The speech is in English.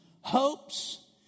hopes